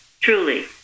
truly